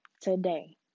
today